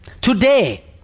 Today